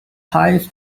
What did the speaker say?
highest